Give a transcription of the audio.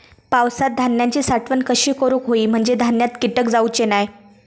पावसात धान्यांची साठवण कशी करूक होई म्हंजे धान्यात कीटक जाउचे नाय?